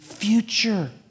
future